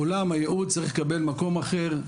עולם הייעוץ צריך לקבל מקום אחר,